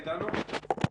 אלון.